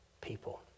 people